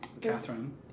Catherine